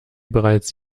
bereits